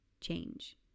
change